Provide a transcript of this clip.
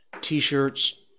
t-shirts